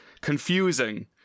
confusing